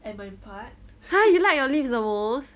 !huh! you like you lips the most